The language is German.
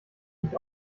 nicht